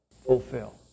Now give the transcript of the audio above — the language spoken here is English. fulfill